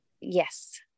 yes